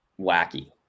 wacky